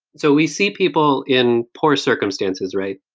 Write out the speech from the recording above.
so we see people in poor circumstances, right?